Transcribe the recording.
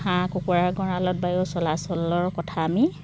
হাঁহ কুকুৰা গঁৰালত বায়ু চলাচলৰ কথা আমি